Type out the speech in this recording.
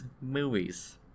Movies